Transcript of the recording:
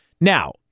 Now